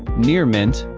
near-mint,